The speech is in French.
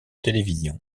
télévision